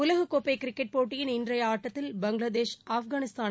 உலகக்கோப்பைகிரிக்கெட் போட்டியின் இன்றையஆட்டத்தில் பங்களாதேஷ் அப்கானிஸ்தான்